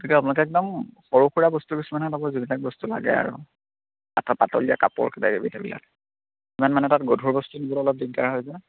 গতিকে আপোনালোকে একদম সৰু সুৰা বস্তু কিছুমানে ল'ব যিবিলাক বস্তু লাগে আৰু পাত পাতলীয়া কাপোৰ কিবাকিবি সেইবিলাক ইমান মানে তাত গধুৰ বস্তু নিবলৈ অলপ দিগদাৰ হয় যে